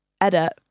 edit